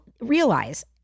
realize